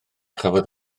chafodd